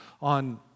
On